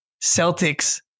Celtics